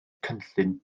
cynllun